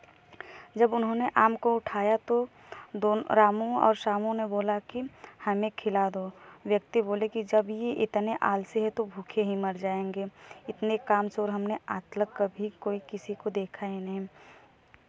जब उन्होंने आम को उठाया तो दोनों रामू और श्यामू ने बोला कि हमें खिला दो व्यक्ति बोले कि जब यह इतने आलसी हैं तो भूखे ही मर जाएँगे इतने कामचोर हमने आज तक कभी कोई किसी को देखा ही नहीं